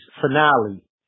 finale